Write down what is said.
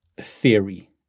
theory